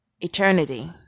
eternity